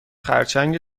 خرچنگ